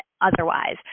otherwise